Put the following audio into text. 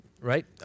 right